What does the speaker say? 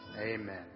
Amen